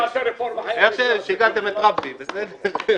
--- שיגעתם את רבי, בסדר?